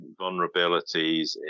vulnerabilities